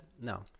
No